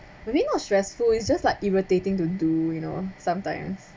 maybe not stressful it's just like irritating to do you know sometimes